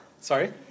Sorry